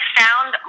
found